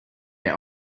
air